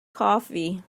coffee